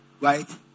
right